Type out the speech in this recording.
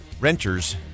renters